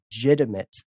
legitimate